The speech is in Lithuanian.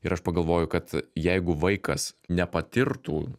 ir aš pagalvoju kad jeigu vaikas nepatirtų